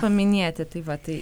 paminėti tai va tai